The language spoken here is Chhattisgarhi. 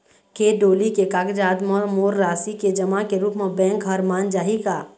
खेत डोली के कागजात म मोर राशि के जमा के रूप म बैंक हर मान जाही का?